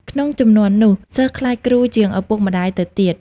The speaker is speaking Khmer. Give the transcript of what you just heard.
ក្នុងជំនាន់នោះ សិស្សខ្លាចគ្រូជាងឪពុកម្ដាយទៅទៀត ។